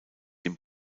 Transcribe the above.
dem